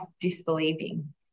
disbelieving